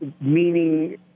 meaning